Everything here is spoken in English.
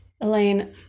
Elaine